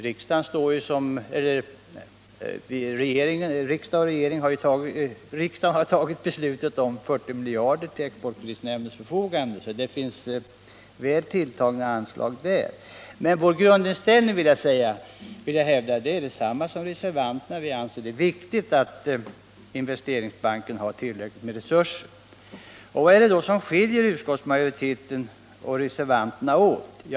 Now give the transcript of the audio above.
Riksdagen har ju fattat ett beslut om att ställa 40 miljarder kronor till exportkreditnämndens förfogande. Det finns alltså väl tilltagna anslag. Men jag vill hävda att vår grundinställning är densamma som reservanternas. Vi anser det viktigt att Investeringsbanken har tillräckligt med resurser. Vad är det då som skiljer utskottsmajoriteten och reservanterna åt? Bl.